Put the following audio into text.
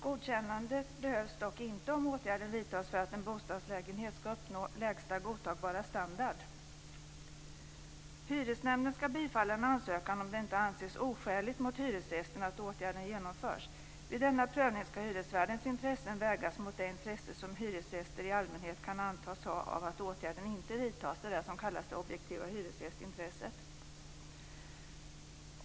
Godkännande behövs dock inte om åtgärden vidtas för att en bostadslägenhet ska uppnå lägsta godtagbara standard. Hyresnämnden ska bifalla en ansökan om det inte anses oskäligt mot hyresgästen att åtgärden genomförs. Vid denna prövning ska hyresvärdens intresse vägas mot det intresse som hyresgäster i allmänhet kan antas ha av att åtgärden inte vidtas. Det är det som kallas för det objektiva hyresgästintresset.